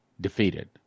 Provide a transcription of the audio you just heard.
defeated